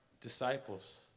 disciples